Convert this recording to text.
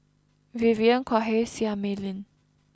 Vivien Quahe Seah Mei Lin